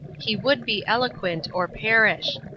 he would be eloquent, or perish.